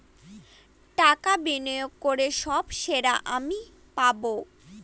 টাকা বিনিয়োগ করে সব সেবা আমি পাবো